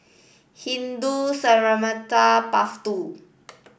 Hindu Cemetery Path Two